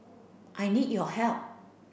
I need your help